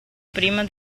prima